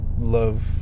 love